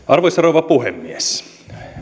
arvoisa rouva puhemies